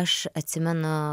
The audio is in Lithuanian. aš atsimenu